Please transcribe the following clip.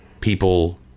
people